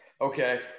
okay